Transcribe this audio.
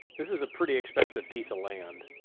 this is a pretty expensive piece of land,